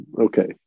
Okay